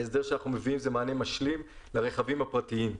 ההסדר שאנחנו מביאים הוא מענה משלים לרכבים הפרטיים.